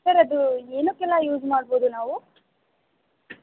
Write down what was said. sir ಅದು ಏನಕ್ಕೆಲ್ಲ use ಮಾಡ್ಬೋದು ನಾವು